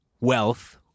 wealth